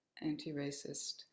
anti-racist